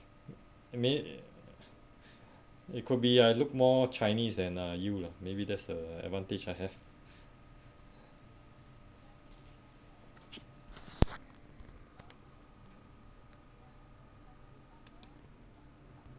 it mean it could be uh look more chinese than uh you lah maybe there's uh advantage I have